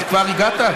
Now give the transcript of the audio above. אז כבר הגעת.